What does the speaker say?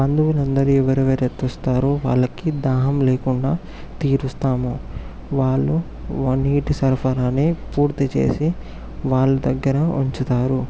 బంధువులందరికీ ఎవరెవరు అయితే వస్తారో వాళ్ళకి దాహం లేకుండా తీరుస్తాము వాళ్ళు వ నీటి సరఫరాని పూర్తి చేసి వాళ్ళ దగ్గర ఉంచుతారు